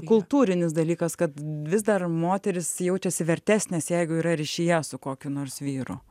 kultūrinis dalykas kad vis dar moterys jaučiasi vertesnės jeigu yra ryšyje su kokiu nors vyru